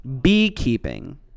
Beekeeping